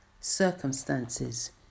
circumstances